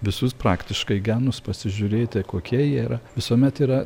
visus praktiškai genus pasižiūrėti kokie jie yra visuomet yra